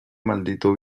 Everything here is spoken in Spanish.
maldito